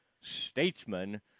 statesman